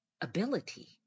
ability